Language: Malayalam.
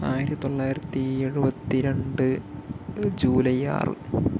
ആയിരത്തി തൊള്ളായിരത്തി എഴുപത്തി രണ്ട് ജൂലൈ ആറ്